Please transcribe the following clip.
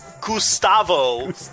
Gustavo